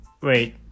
Wait